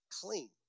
clean